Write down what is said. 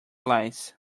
lice